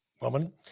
woman